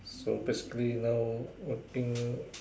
so basically now working